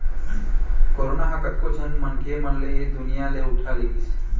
corona ह कतको झन मनखे मन ल ऐ दुनिया ले उठा लेगिस